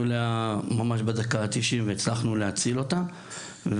אליה ממש בדקה ה-90 וכך הצלחנו להציל אותה.